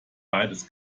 beides